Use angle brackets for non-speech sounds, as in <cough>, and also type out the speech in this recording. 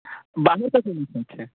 बाहर से <unintelligible>